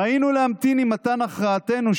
ראינו להמתין עם מתן הכרעתנו,